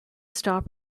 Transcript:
stop